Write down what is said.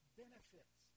benefits